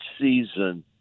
season